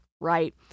right